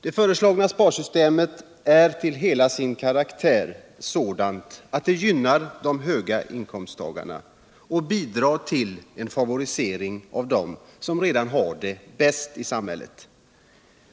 Det föreslagna sparsystemet är till hela sin karaktär sådant att det gynnar de höga inkomsttagarna och bidrar till en favorisering av dem som har det bäst i samhället.